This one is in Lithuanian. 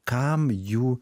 kam jų